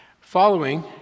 Following